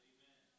Amen